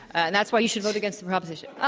and that's why you should vote against the proposition.